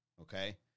okay